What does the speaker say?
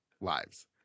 lives